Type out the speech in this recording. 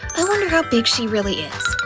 i wonder how big she really is!